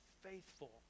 faithful